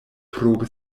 pro